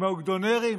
עם האוגדונרים?